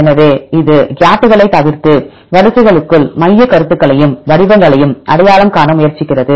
எனவே இது கேப்களைத் தவிர்த்து வரிசைகளுக்குள் மையக்கருத்துகளையும் வடிவங்களையும் அடையாளம் காண முயற்சிக்கிறது